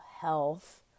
health